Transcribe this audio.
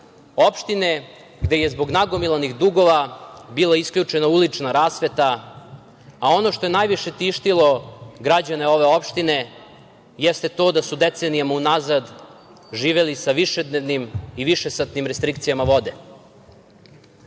opštine gde je zbog nagomilanih dugova bila isključena ulična rasveta. Ono što je najviše tištilo građane ove opštine, jeste to da su decenijama unazad živeli sa višednevnim i višesatnim restrikcijama vode.